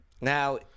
Now